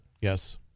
Yes